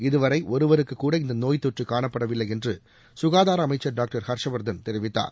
இதுவரை ஒருவருக்கு கூட இந்த நோய் தொற்று காணப்படவில்லை என்று சுகாதார அமைச்சள் டாக்டர் ஹர்ஷ்வர்தன் தெரிவித்தார்